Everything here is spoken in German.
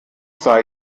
sei